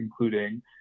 including